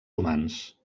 humans